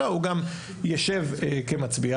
אותה והיא שכן יש כאן על הפרק היבטים של שוויון,